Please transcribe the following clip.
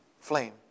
flame